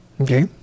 Okay